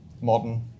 modern